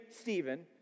Stephen